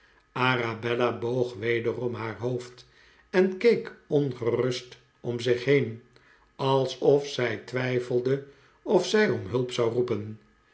arabella boog wederom haar hoofd en keek ongerust om zich heen alsof zij twijfelde of zij om hulp zou roepen